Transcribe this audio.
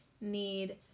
need